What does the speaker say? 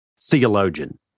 theologian